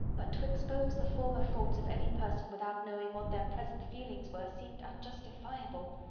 but to expose the former faults of any person without knowing what their present feelings were, seemed unjustifiable.